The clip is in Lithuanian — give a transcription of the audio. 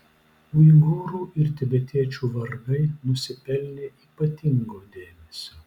uigūrų ir tibetiečių vargai nusipelnė ypatingo dėmesio